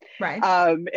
Right